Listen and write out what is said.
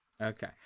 Okay